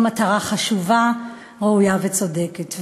זו מטרה חשובה, ראויה וצודקת.